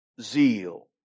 zeal